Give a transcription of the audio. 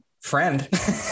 friend